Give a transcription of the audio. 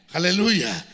Hallelujah